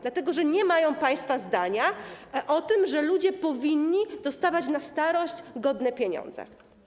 Dlatego że nie mają państwo zdania o tym, że ludzie powinni dostawać na starość godne pieniądze.